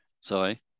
Sorry